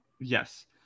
yes